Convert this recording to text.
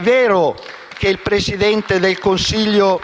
vero, infatti, che il Presidente del Consiglio